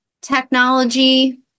technology